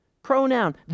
pronoun